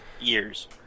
years